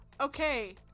okay